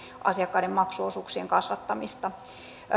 asiakkaiden maksuosuuksien kasvattamista